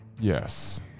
Yes